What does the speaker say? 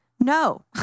No